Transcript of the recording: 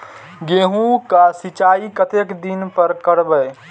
गेहूं का सीचाई कतेक दिन पर करबे?